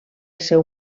seu